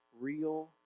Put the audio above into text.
real